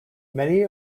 many